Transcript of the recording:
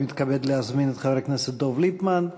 אני מתכבד להזמין את חבר הכנסת דב ליפמן,